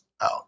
out